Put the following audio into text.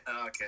okay